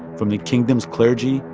from the kingdom's clergy,